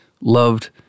loved